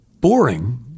Boring